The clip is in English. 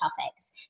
topics